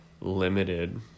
limited